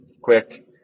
quick